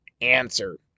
answer